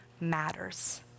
matters